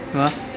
ਵਾਹ